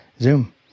Zoom